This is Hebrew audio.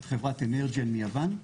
את חברת אנרג'יאן מיוון,